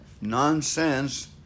nonsense